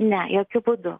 ne jokiu būdu